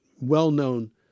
well-known